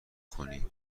کنی